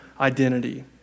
identity